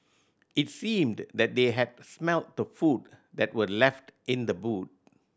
it seemed that they had smelt the food that were left in the boot